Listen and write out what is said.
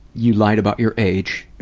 you lied about your age